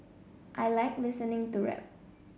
I like listening to rap